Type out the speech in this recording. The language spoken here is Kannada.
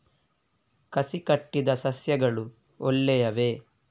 ಕಸಿ ಕಟ್ಟಿದ ಸಸ್ಯಗಳು ಒಳ್ಳೆಯವೇ?